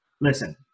listen